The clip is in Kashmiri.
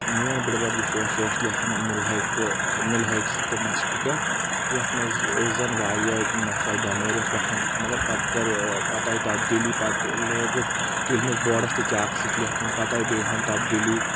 میٚون بٕڑِبَب یُس اوس سُہ اوس لیکھان ملہٕ ہوٚکھہِ تہٕ ملہٕ ہوٚکھۍ سۭتۍ تہٕ مشکہِ پٮ۪ٹھ یتھ منٛز زن واریاہ مثلاً بیٚمٲرۍ ٲسۍ وتھان مگر پتہٕ کٔر پتہٕ آیہِ تبدیٖلی پتہٕ لوگکھ کرہنِس بوڑس تہٕ چاکہٕ سۭتۍ لیکھُن پتہٕ آیہِ بییٚہِ ہن تبدیٖلی